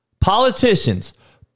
Politicians